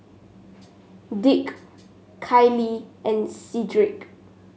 Dick Kailee and Cedric